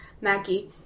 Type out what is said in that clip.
Mackie